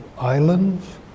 islands